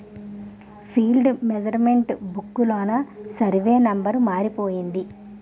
field measurement book లోన survey number మారిపోయింది